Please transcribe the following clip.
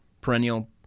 perennial